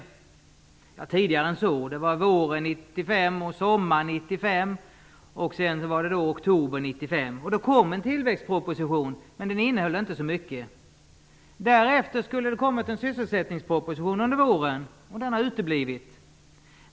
Ja, det var tidigare än så, det var våren 95 och sommaren 95, och sedan blev det oktober 95. Och då kom en tillväxtproposition, men den innehöll inte så mycket. Därefter skulle det ha kommit en sysselsättningsproposition under våren. Den har uteblivit.